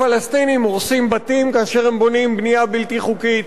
לפלסטינים הורסים בתים כאשר הם בונים בנייה בלתי חוקית,